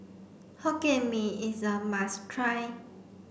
Hokkien Mee is a must try